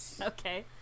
Okay